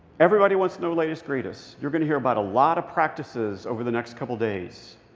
everybody wants to know latest-greatest. you're going to hear about a lot of practices over the next couple days.